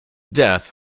death